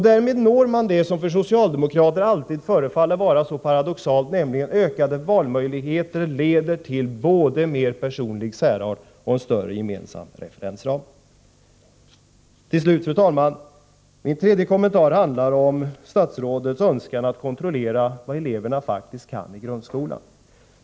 Därmed når man det som för socialdemokrater alltid förefaller vara så paradoxalt, nämligen att ökade valmöjligheter leder både till personlig särart och till en större gemensam referensram. Till slut, fru talman! Min tredje kommentar handlar om statsrådets önskan att kontrollera vad eleverna faktiskt kan i grundskolan.